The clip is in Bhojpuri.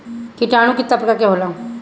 किटानु केतना प्रकार के होला?